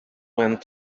went